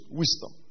wisdom